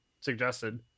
suggested